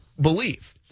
believe